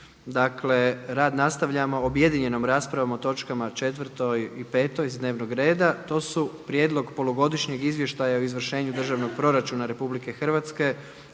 Dakle rad nastavljamo objedinjenom raspravom o točkama 4. i 5. iz dnevnog reda, to su: 4. Prijedlog polugodišnjeg izvještaja o izvršenju Državnog proračuna RH za prvo